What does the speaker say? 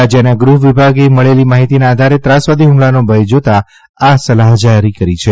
રાજ્યના ગૃહવિભાગે મળેલી માહીતીના આધારે ત્રાસવાદી હુમલાનો ભય જાતાં આ સલાહ જારી કરી છે